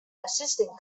assistant